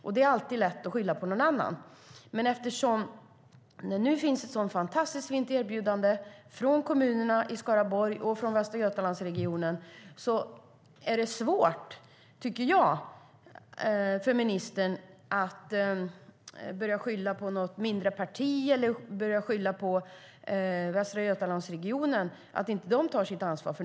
Och det är alltid lätt att skylla på någon annan, men eftersom det nu finns ett så fantastiskt fint erbjudande från kommunerna i Skaraborg och Västra Götalandsregionen borde det vara svårt för ministern att skylla på något mindre parti eller på att Västra Götalandsregionen inte tar sitt ansvar.